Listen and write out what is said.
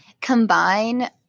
combine